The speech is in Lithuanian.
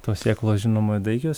tos sėklos žinoma daigios